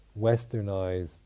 westernized